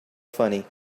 funny